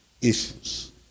issues